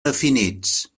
definits